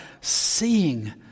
seeing